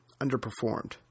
underperformed